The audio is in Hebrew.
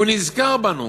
הוא נזכר בנו.